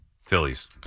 Phillies